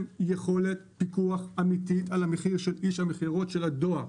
יכולת פיקוח אמיתית על המחיר של איש המכירות של הדואר.